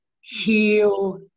heal